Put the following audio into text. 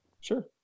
sure